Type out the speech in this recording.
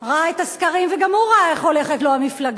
ראה את הסקרים, וגם הוא ראה איך הולכת לו המפלגה,